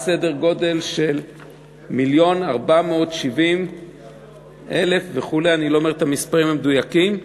סדר-גודל של מיליון ו-470,000 וכו' אני לא אומר את המספרים המדויקים,